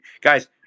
Guys